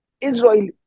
Israel